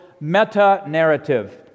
meta-narrative